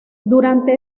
durante